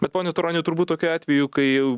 na pone turoni turbūt tokiu atveju kai